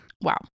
wow